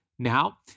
now